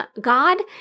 God